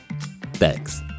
Thanks